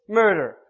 murder